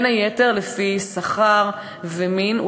בין היתר לפי שכר ומין,